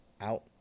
out